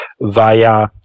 via